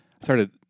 started